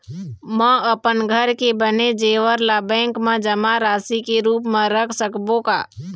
म अपन घर के बने जेवर ला बैंक म जमा राशि के रूप म रख सकबो का?